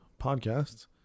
podcasts